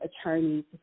attorneys